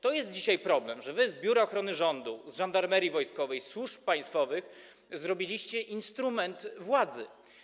To jest dzisiaj problem, że wy z Biura Ochrony Rządu, z Żandarmerii Wojskowej, ze służb państwowych zrobiliście instrument władzy.